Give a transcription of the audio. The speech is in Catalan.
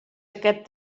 aquest